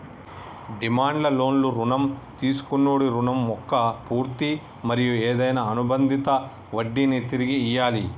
demand లోన్లు రుణం తీసుకొన్నోడి రుణం మొక్క పూర్తి మరియు ఏదైనా అనుబందిత వడ్డినీ తిరిగి ఇయ్యాలి